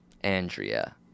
Andrea